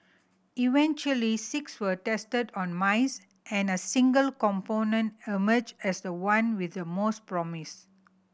eventually six were tested on mice and a single compound emerged as the one with the most promise